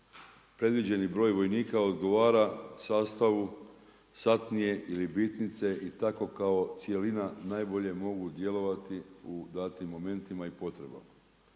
predviđeni broj vojnika odgovara sastavu satnije ili bitnice i tako kao cjelina najbolje mogu djelovati u datim momentima i potrebama.